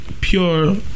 pure